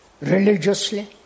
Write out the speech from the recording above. religiously